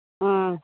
ആ